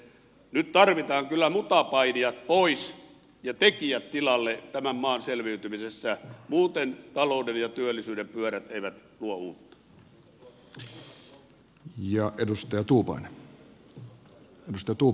nyt tarvitaan kyllä mutapainijat pois ja tekijät tilalle tämän maan selviytymisessä muuten talouden ja työllisyyden pyörät eivät luo uutta